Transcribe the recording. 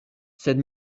sed